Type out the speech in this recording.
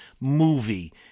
movie